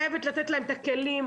חייבת לתת להם את הכלים,